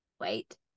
Wait